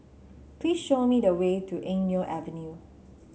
please show me the way to Eng Neo Avenue